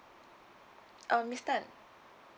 uh miss tan